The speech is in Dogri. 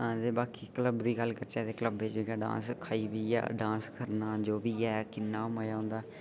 क्लब दी गल्ल करचै ते क्लबें च अस खाई पीऐ डांस करने आं जो बी ऐ किन्न मजा औंदा ऐ